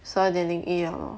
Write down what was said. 十二点零一了